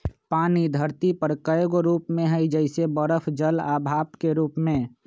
पानी धरती पर कए गो रूप में हई जइसे बरफ जल आ भाप के रूप में